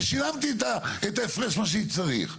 ושילמתי את ההפרש שאני צריך.